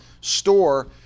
store